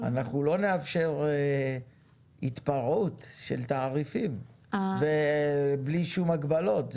אנחנו לא נאפשר התפרעות של תעריפים ובלי שום הגבלות,